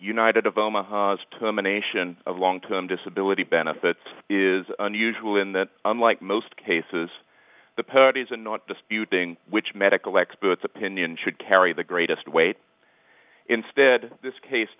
united of omaha's terminations of long term disability benefits is unusual in that unlike most cases the parodies and not disputing which medical experts opinion should carry the greatest weight instead this case